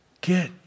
get